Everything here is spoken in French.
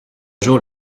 jour